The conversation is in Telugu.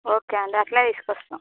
ఓకే అండి అలానే తీసుకువస్తాము